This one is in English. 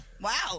Wow